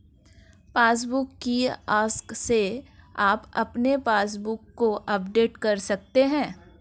passbook kiosk से आप अपने पासबुक को अपडेट कर सकते हैं